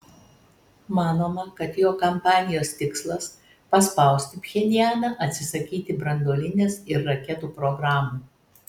manoma kad jo kampanijos tikslas paspausti pchenjaną atsisakyti branduolinės ir raketų programų